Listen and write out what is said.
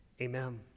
amen